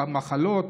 המחלות,